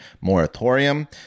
moratorium